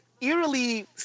eerily